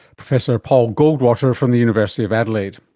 professor paul goldwater from the university of adelaide.